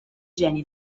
geni